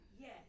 Yes